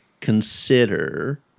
consider